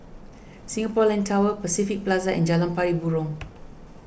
Singapore Land Tower Pacific Plaza and Jalan Pari Burong